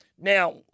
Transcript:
Now